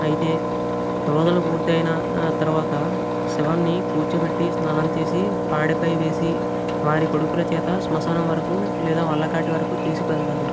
అయితే రోదనలు పూర్తయిన తరువాత శవాన్ని కూర్చోబెట్టి స్నానం చేసి పాడెపై వేసి వారి కొడుకుల చేత స్మశానం వరకు లేదా వల్లకాటి వరకు తీసుకువెళతారు